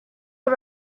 are